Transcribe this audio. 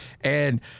and-